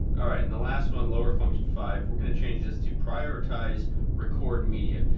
all right, and the last one lower function five we're gonna change this to prioritize record media.